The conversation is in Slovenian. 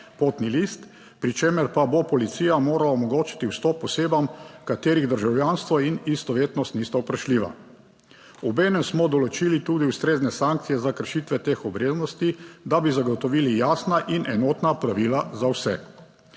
potni list, pri čemer pa bo policija morala omogočiti vstop osebam, katerih državljanstvo in istovetnost nista vprašljiva. Obenem smo določili tudi ustrezne sankcije za kršitve teh obveznosti, da bi zagotovili jasna in enotna pravila za vse.